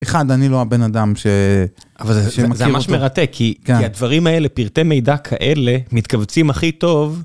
אחד, אני לא הבן אדם שמציע אותו. זה ממש מרתק, כי הדברים האלה, פרטי מידע כאלה מתכווצים הכי טוב.